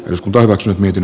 eduskunta hyväksyi miten